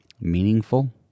meaningful